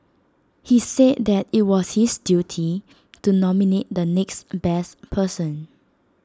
he said that IT was his duty to nominate the next best person